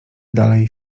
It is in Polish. dalej